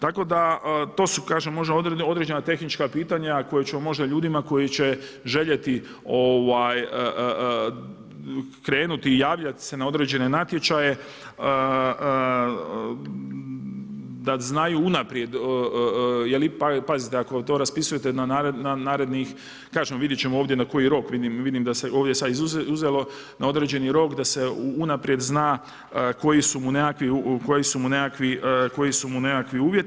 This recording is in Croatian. Tako da, to su kažem možda određena tehnička pitanja koje ćemo možda ljudima koji će željeti krenuti javljati se na određene natječaje da znaju unaprijed jer pazite, ako to raspisujete na narednih kažemo, vidjeti ćemo ovdje na koji rok, vidim da se ovdje sad uzelo na određeni rok da se unaprijed zna koji su mu nekakvi uvjeti.